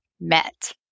met